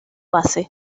base